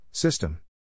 System